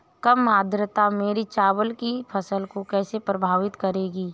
कम आर्द्रता मेरी चावल की फसल को कैसे प्रभावित करेगी?